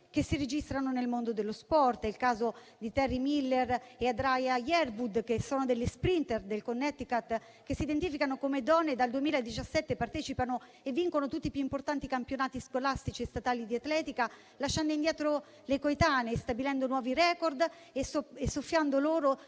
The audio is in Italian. che si registrano nel mondo dello sport. È il caso di Terry Miller e Andraya Yearwood che sono delle *sprinter* del Connecticut, che si identificano come donne e dal 2017 partecipano e vincono tutti i più importanti campionati scolastici e statali di atletica, lasciando indietro le coetanee, stabilendo nuovi *record* e soffiando loro